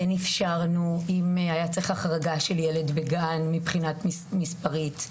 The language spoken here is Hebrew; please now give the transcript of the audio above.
למשל אם היה צריך החרגה של ילד בגן מבחינה מספרית,